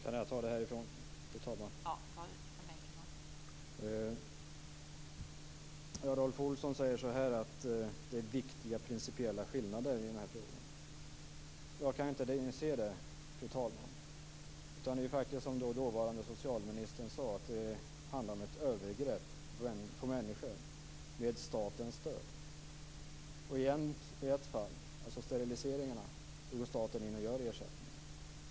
Fru talman! Rolf Olsson säger att det finns viktiga principiella skillnader i denna fråga. Jag kan inte inse det. Det är som den dåvarande socialministern sade, att det handlar om ett övergrepp på människor med statens stöd. I fallet med steriliseringarna går staten in och ger ersättning.